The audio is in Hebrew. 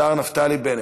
השר נפתלי בנט.